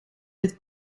met